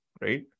right